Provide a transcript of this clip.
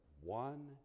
one